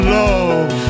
love